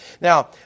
Now